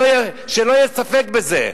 שלא יהיה ספק בזה.